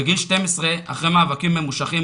בגיל 12 אחרי מאבקים ממושכים,